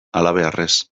halabeharrez